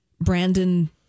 Brandon